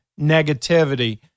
negativity